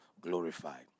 glorified